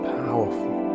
powerful